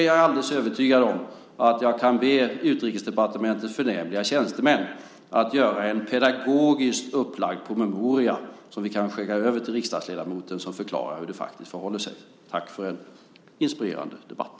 Jag är alldeles övertygad om att jag kan be Utrikesdepartementets förnämliga tjänstemän att göra en pedagogiskt upplagd promemoria som vi kan skicka över till riksdagsledamoten och som förklarar hur det faktiskt förhåller sig. Tack för en inspirerande debatt!